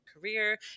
career